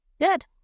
Good